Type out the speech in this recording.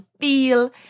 feel